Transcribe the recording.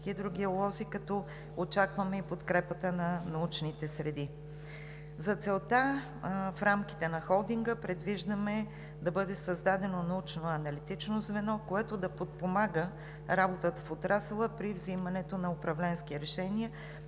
хидрогеолози. Очакваме и подкрепата на научните среди. За целта в рамките на холдинга предвиждаме да бъде създадено научно-аналитично звено, което да подпомага работата в отрасъла при взимането на управленски решения,